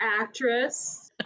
actress